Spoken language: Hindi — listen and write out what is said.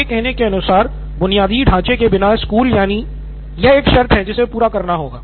आपके कहने के अनुसार बुनियादी ढांचे के बिना स्कूल यानि यह एक शर्त है जिसे पूरा करना है